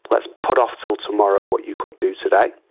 let's put off until tomorrow what you could do today.